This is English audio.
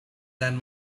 than